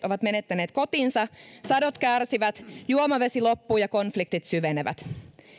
ovat menettäneet kotinsa sadot kärsivät juomavesi loppuu ja konfliktit syvenevät